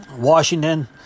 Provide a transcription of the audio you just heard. Washington